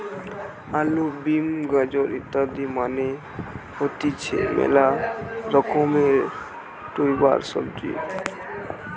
আলু, বিট, গাজর ইত্যাদি মানে হতিছে মেলা রকমের টিউবার সবজি